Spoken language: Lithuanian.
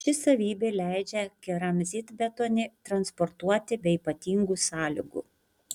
ši savybė leidžia keramzitbetonį transportuoti be ypatingų sąlygų